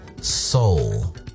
Soul